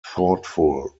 thoughtful